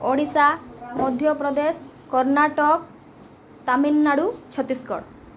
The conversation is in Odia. ଓଡ଼ିଶା ମଧ୍ୟପ୍ରଦେଶ କର୍ଣ୍ଣାଟକ ତାମିଲନାଡ଼ୁ ଛତିଶଗଡ଼